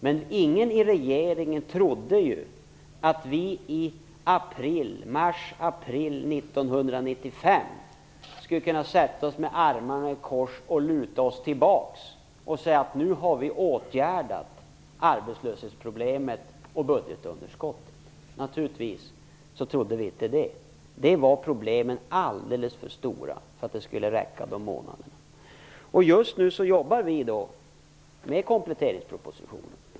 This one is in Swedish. Men naturligtvis trodde ju ingen i regeringen att vi i mars-april 1995 skulle kunna sätta oss med armarna i kors, luta oss tillbaka och säga att vi nu har åtgärdat arbetslöshetsproblemet och budgetunderskottet. Naturligtvis trodde vi inte det. Problemen var alldeles för stora för att dessa månader skulle räcka. Just nu jobbar vi med kompletteringspropositionen.